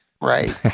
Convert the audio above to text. right